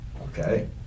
Okay